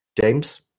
James